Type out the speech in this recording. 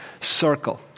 circle